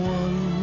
one